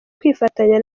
kwifatanya